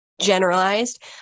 generalized